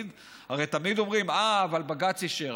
הרי תמיד אומרים: אה, אבל בג"ץ אישר.